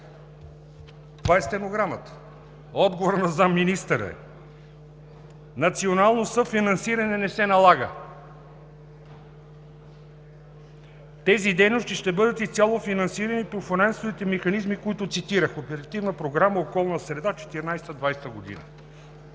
Това е стенограмата. Отговорът на заместник-министъра е: „Национално съфинансиране не се налага. Тези дейности ще бъдат изцяло финансирани по финансовите механизми, които цитирах: Оперативна